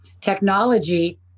technology